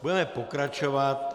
Budeme pokračovat.